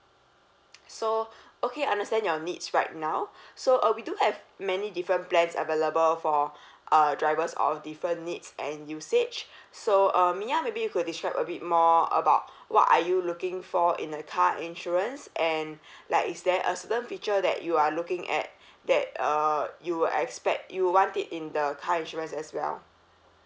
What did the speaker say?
so okay understand your needs right now so uh we do have many different plans available for uh drivers of different needs and usage so um mya maybe you could describe a bit more about what are you looking for in the car insurance and like is there a certain feature that you are looking at that uh you will expect you want it in the car insurance as well